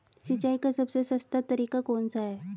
सिंचाई का सबसे सस्ता तरीका कौन सा है?